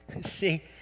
See